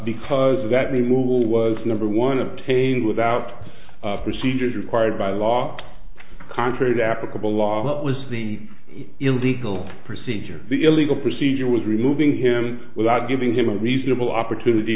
because of that the rule was number one obtained without procedures required by law contrary to applicable law that was the illegal procedure the illegal procedure was removing him without giving him a reasonable opportunity